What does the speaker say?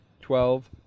twelve